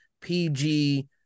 PG